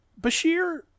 Bashir